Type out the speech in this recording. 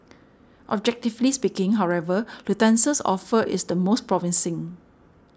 objectively speaking however Lufthansa's offer is the most promising